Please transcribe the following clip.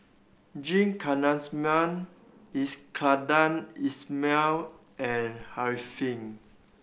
G Kandasamy Iskandar Ismail and Arifin